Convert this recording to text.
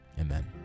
Amen